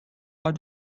what